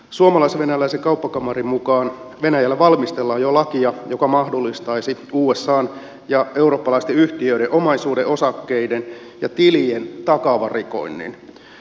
suomalais venäläisen kauppakamarin mukaan venäjällä valmistellaan jo lakia joka mahdollistaisi usan ja eurooppalaisten yhtiöiden omaisuuden osakkeiden ja tilien takavarikoinnin